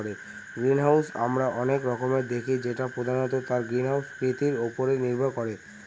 greenhouse আমরা অনেক রকমের দেখি যেটা প্রধানত তার গ্রিনহাউস কৃতির উপরে নির্ভর করে